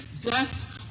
death